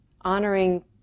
honoring